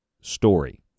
story